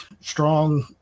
strong